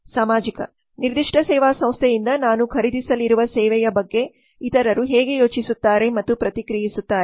ಸಾಮಾಜಿಕ ನಿರ್ದಿಷ್ಟ ಸೇವಾ ಸಂಸ್ಥೆಯಿಂದ ನಾನು ಖರೀದಿಸಲಿರುವ ಸೇವೆಯ ಬಗ್ಗೆ ಇತರರು ಹೇಗೆ ಯೋಚಿಸುತ್ತಾರೆ ಮತ್ತು ಪ್ರತಿಕ್ರಿಯಿಸುತ್ತಾರೆ